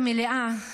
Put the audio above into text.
מהמליאה,